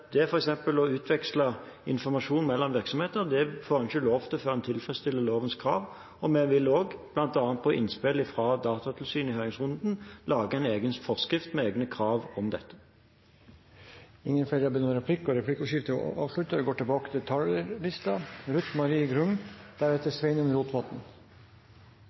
Det f.eks. å utveksle informasjon mellom virksomheter får en ikke lov til før en tilfredsstiller lovens krav. Vi vil også, bl.a. på innspill fra Datatilsynet i høringsrunden, lage en egen forskrift med egne krav om dette. Replikkordskiftet er avsluttet. Dette er en av de sakene som vi i møte med sykehus- og helseregistre har fått tilbakemelding på at de hadde størst forventninger til.